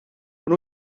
ond